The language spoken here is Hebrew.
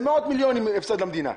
זה מאות מיליונים הפסד למדינה.